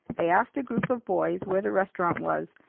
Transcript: they asked a group of boys where the restaurant was,